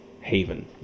haven